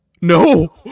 No